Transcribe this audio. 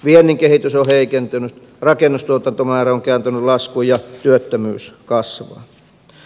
viennin kehitys on heikentynyt rakennustuotannon määrä on kääntynyt laskuun ja työttömyys kasvaa